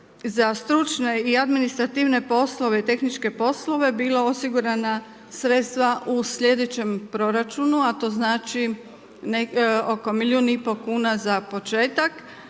za stručne i administrativne poslove i tehničke poslove bila osigurana sredstva u slijedeće proračunu a to znači oko milijun i pol kuna za početak,